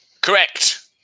Correct